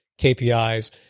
KPIs